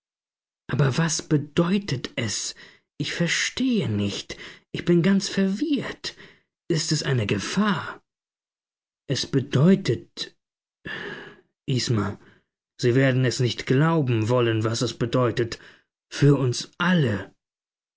aber was bedeutet es ich verstehe nicht ich bin ganz verwirrt ist es eine gefahr es bedeutet isma sie werden es nicht glauben wollen was es bedeutet für uns alle